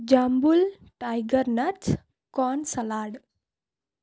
jumble tiger nuts corn salad